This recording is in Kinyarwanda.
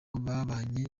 babanye